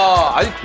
i